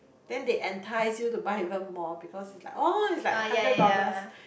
then they entice you to buy even more because is like oh is like hundred dollars